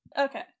Okay